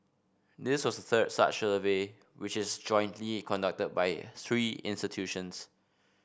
this was third such survey which is jointly conducted by three institutions